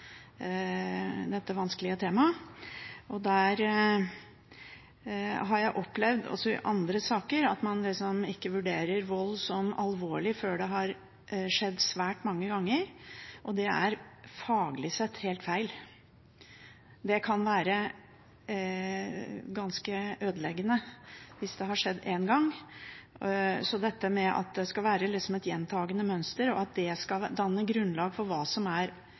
vanskelige temaet, og jeg har opplevd også i andre saker at man ikke vurderer vold som alvorlig før det har skjedd svært mange ganger. Det er faglig sett helt feil. Det kan være ganske ødeleggende hvis det har skjedd én gang. Så at det skal være et gjentakende mønster, og at det skal danne grunnlag for hva som blir vurdert som alvorlig eller ikke, er